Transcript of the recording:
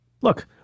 look